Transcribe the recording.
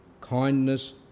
kindness